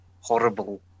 horrible